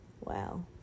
Wow